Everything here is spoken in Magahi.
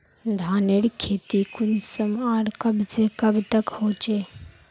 धानेर खेती कुंसम आर कब से कब तक होचे?